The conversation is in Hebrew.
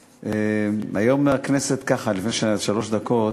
היום, מהכנסת, ככה, לפני שלוש דקות,